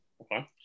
Okay